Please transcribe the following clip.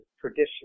tradition